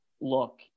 look